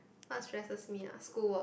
what stresses me ah school work